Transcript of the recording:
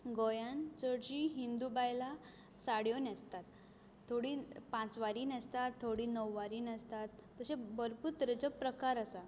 गोंयान चडजीं हिंदू बायलां साडयो न्हेंसतात थोडी पांचवारी न्हेंसतात थोडी नव्वारी न्हेंसतात तशे भरपूर तरेच्यो प्रकार आसा